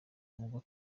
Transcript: ubwo